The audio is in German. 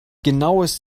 genaues